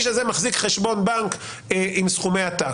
הזה מחזיק חשבון בנק עם סכומי עתק.